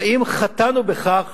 האם חטאנו בכך